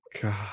God